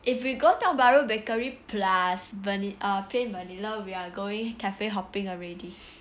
if we go Tiong Bahru Bakery plus Plain Vanilla we're going cafe hopping already